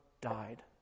died